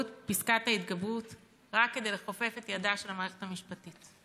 פסקת ההתגברות רק כדי לכופף את ידה של המערכת המשפטית?